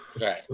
Right